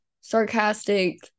sarcastic